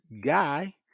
guy